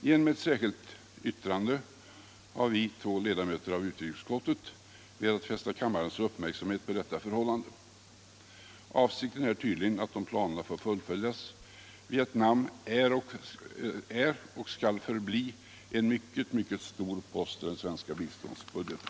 Genom ett särskilt yttrande har vi, två ledamöter av utrikesutskottet, velat fästa kammarens uppmärksamhet på detta förhållande. Avsikten är tydligen att, om planerna får fullföljas, Vietnam skall vara och förbli en mycket mycket stor post i den svenska biståndsbudgeten.